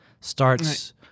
starts